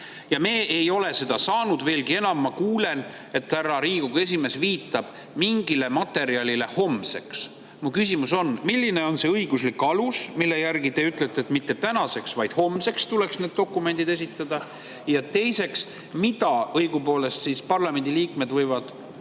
Me ei ole seda materjali saanud, ma kuulsin, et härra Riigikogu esimees viitab mingile materjalile, mis [laekub] homseks. Mu küsimus on: milline on see õiguslik alus, millele toetudes te ütlete, et mitte tänaseks, vaid homseks tuleks need dokumendid esitada? Ja teiseks, mida õigupoolest siis parlamendi liikmed võivad